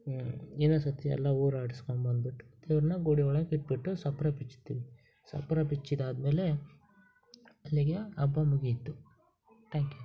ಇನ್ನೊಂದು ಸರ್ತಿ ಎಲ್ಲ ಒಡಾಡಿಸ್ಕೊಂಬಂದ್ಬಿಟ್ಟು ದೇವ್ರನ್ನ ಗುಡಿ ಒಳಗೆ ಇಟ್ಟುಬಿಟ್ಟು ಚಪ್ರ ಬಿಚ್ತೀವಿ ಚಪ್ರ ಬಿಚ್ಚಿದ್ದು ಆದ್ಮೇಲೆ ಅಲ್ಲಿಗೆ ಹಬ್ಬ ಮುಗಿಯಿತು ಥ್ಯಾಂಕ್ ಯೂ